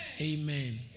amen